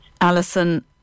Alison